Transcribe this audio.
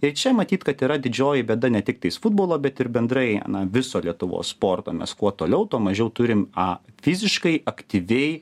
ir čia matyt kad yra didžioji bėda ne tik tais futbolo bet ir bendrai na viso lietuvos sporto mes kuo toliau tuo mažiau turim a fiziškai aktyviai